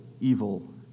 evil